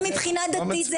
מבחינה דתית.